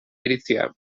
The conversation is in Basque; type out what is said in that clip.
iritzia